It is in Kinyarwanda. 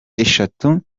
eshatu